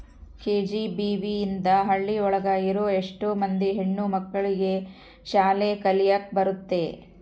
KGBV ಇಂದ ಹಳ್ಳಿ ಒಳಗ ಇರೋ ಎಷ್ಟೋ ಮಂದಿ ಹೆಣ್ಣು ಮಕ್ಳಿಗೆ ಶಾಲೆ ಕಲಿಯಕ್ ಬರುತ್ತೆ